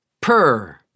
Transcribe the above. Purr